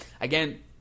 again